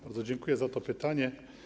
Bardzo dziękuję za to pytanie.